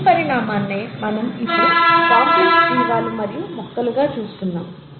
ఈ పరిణామాన్నే మనం ఇప్పుడు కాంప్లెక్స్ జీవాలు మరియు మొక్కలుగా చూస్తున్నాము